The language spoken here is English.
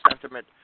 sentiment